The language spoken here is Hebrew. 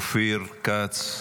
אופיר כץ,